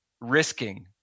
risking